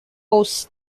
hosts